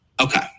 Okay